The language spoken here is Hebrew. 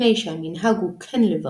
מפני שהמנהג הוא כן לברך.